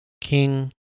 King